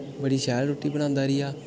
बड़ी शैल रुट्टी बनांदा रेहा